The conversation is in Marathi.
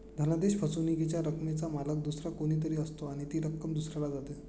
धनादेश फसवणुकीच्या रकमेचा मालक दुसरा कोणी तरी असतो आणि ती रक्कम दुसऱ्याला जाते